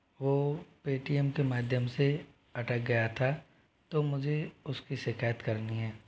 वो पेटीएम के माध्यम से अटक गया था तो मुझे उस की शिकायत करनी है